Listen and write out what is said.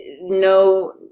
no